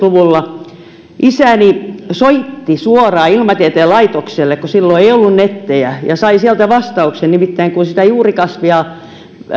luvulla isäni soitti suoraan ilmatieteen laitokselle kun silloin ei ollut nettejä ja sai sieltä vastauksen nimittäin kun sitä juurikasvia